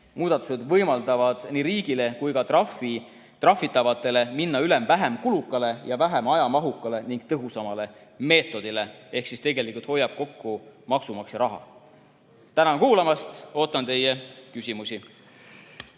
Muudatused võimaldavad nii riigil kui ka trahvitavatel minna üle vähem kulukale ja vähem ajamahukale ning tõhusamale meetodile ehk siis tegelikult hoitakse kokku maksumaksja raha. Tänan kuulamast ja ootan teie küsimusi.